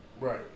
right